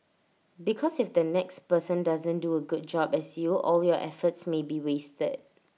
because if the next person doesn't do A good job as you all your efforts may be wasted